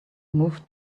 moved